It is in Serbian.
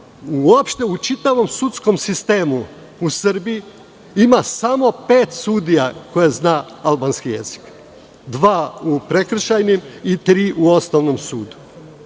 uopšte, u čitavom sudskom sistemu u Srbiji, ima samo pet sudija koji znaju albanski jezik, dva u prekršajnim i tri u osnovnom sudu. Onda